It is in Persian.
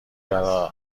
برای